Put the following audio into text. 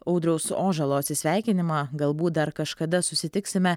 audriaus ožalo atsisveikinimą galbūt dar kažkada susitiksime